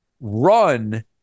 run